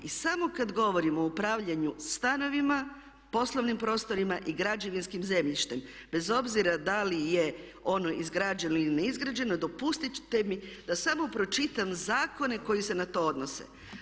samo kada govorimo o upravljanju stanovima, poslovnim prostorima i građevinskim zemljištem bez obzira da li je ono izgrađeno ili neizgrađeno dopustite mi da samo pročitam zakone koji se na to odnose.